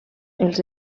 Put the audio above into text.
els